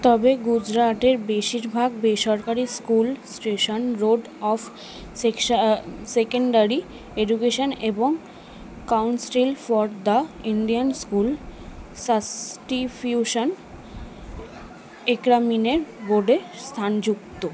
তবে গুজরাটের বেশিরভাগ বেসরকারি স্কুল স্ট্রেশান রোড অফ সেকসা সেকেন্ডারি এডুকেশন এবং council for the Indian school certificate এক্সামিনের বোর্ডে স্থান যুক্ত